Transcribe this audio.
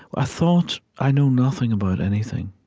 ah thought, i know nothing about anything.